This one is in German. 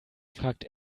fragt